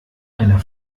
einer